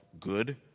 good